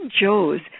Joe's